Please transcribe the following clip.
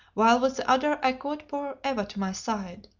while with the other i caught poor eva to my side,